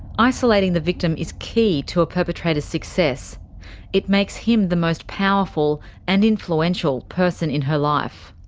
isolating the victim is key to a perpetrator's success it makes him the most powerful and influential person in her life.